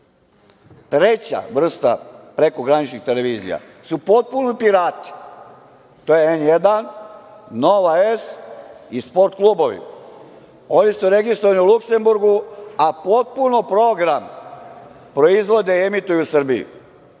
vrsta prekograničnih televizija su potpuno pirati. To je „N1“, „Nova S“ i „Sport klubovi“. Oni su registrovani u Luksemburgu, a potpuno program proizvode i emituju u Srbiji.